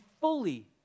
fully